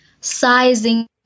Sizing